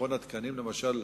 מכון התקנים, למשל,